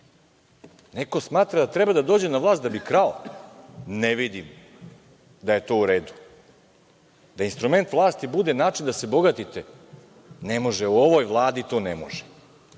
Neko smatra da treba da dođe na vlast da bi krao? Ne vidim da je to u redu, da instrument vlasti bude način da se bogatite? Ne može, u ovoj Vladi to ne može